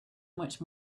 much